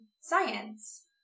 science